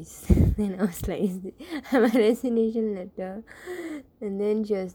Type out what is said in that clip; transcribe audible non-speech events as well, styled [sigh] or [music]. [laughs] then I was like it's my resignation letter and then she was